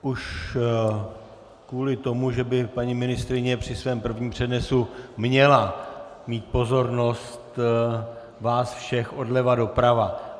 Už kvůli tomu, že by paní ministryně při svém prvním přednesu měla mít pozornost vás všech odleva doprava.